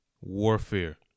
warfare